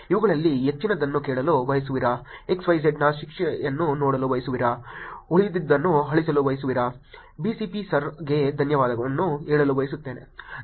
ಇವುಗಳಲ್ಲಿ ಹೆಚ್ಚಿನದನ್ನು ಕೇಳಲು ಬಯಸುವಿರಾ xyz ನ ಶಿಕ್ಷೆಯನ್ನು ನೋಡಲು ಬಯಸುವಿರಾ ಉಳಿದದ್ದನ್ನು ಅಳಿಸಲು ಬಯಸುವಿರಾ BCP SIR ಗೆ ಧನ್ಯವಾದಗಳನ್ನು ಹೇಳಲು ಬಯಸುತ್ತೇನೆ